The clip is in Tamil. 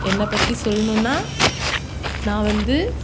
என்னை பற்றி சொல்லணுன்னா நான் வந்து